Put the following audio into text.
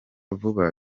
vuba